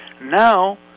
Now